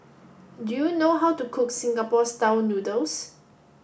do you know how to cook Singapore style noodles